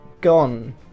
gone